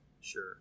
Sure